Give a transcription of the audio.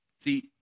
See